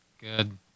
good